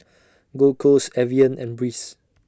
Gold Roast Evian and Breeze